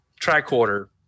tricorder